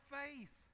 faith